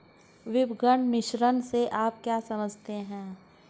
विपणन मिश्रण से आप क्या समझते हैं?